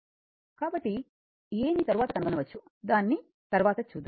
కాబట్టి a ని తరువాత కనుగొనవచ్చు దానిని తర్వాత చూద్దాము